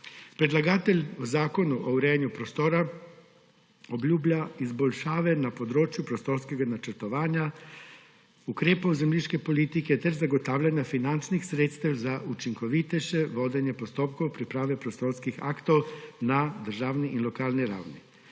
Predlagatelj v zakonu o urejanju prostora obljublja izboljšave na področju prostorskega načrtovanja, ukrepov zemljiške politike ter zagotavljanja finančnih sredstev za učinkovitejše vodenje postopkov priprave prostorskih aktov na državni in lokalni ravni.